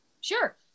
Sure